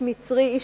איש מערבי,